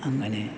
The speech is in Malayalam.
അങ്ങനെ